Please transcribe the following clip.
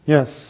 Yes